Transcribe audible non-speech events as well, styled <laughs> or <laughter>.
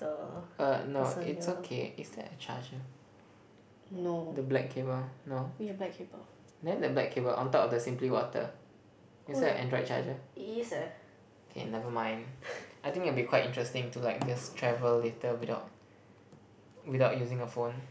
the person here no hold it is eh <laughs>